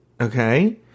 okay